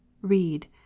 read